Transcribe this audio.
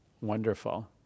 wonderful